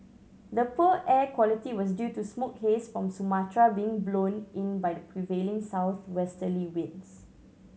the poor air quality was due to smoke haze from Sumatra being blown in by the prevailing southwesterly winds